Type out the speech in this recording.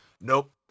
nope